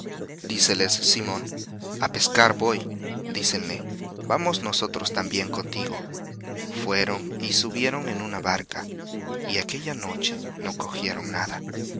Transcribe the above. discípulos díceles simón a pescar voy dícenle vamos nosotros también contigo fueron y subieron en una barca y aquella noche no cogieron nada